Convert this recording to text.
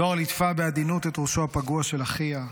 זוהר ליטפה בעדינות את ראשו הפגוע של אחיה,